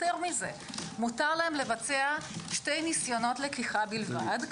יותר מזה, מותר להם לבצע שני ניסיונות לקיחה בלבד.